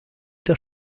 der